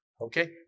okay